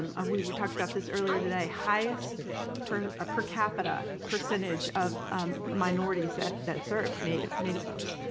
we we talked about this earlier today, highest per ah per capita percentage of minorities that that served, native native folks.